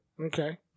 Okay